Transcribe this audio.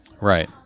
Right